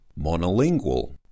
monolingual